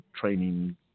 training